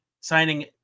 signing